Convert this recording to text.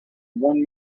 one